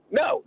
no